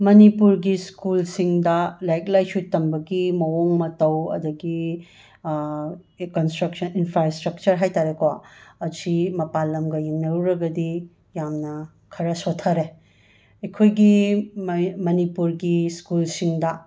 ꯃꯅꯤꯄꯨꯔꯒꯤ ꯁ꯭ꯀꯨꯜꯁꯤꯡꯗ ꯂꯥꯏꯔꯤꯛ ꯂꯥꯏꯁꯨ ꯇꯝꯕꯒꯤ ꯃꯑꯣꯡ ꯃꯇꯧ ꯑꯗꯒꯤ ꯀꯟꯁꯇ꯭ꯔꯛꯁꯟ ꯏꯟꯐ꯭ꯔꯥꯁ꯭ꯇ꯭ꯔꯛꯆꯔ ꯍꯥꯏ ꯇꯥꯔꯦꯀꯣ ꯑꯁꯤ ꯃꯄꯥꯜ ꯂꯝꯒ ꯌꯥꯡꯅꯔꯨꯔꯒꯗꯤ ꯌꯥꯝꯅ ꯈꯔ ꯁꯣꯊꯔꯦ ꯑꯩꯈꯣꯏꯒꯤ ꯃꯩ ꯃꯅꯤꯄꯨꯔꯒꯤ ꯁ꯭ꯀꯨꯜꯁꯤꯡꯗ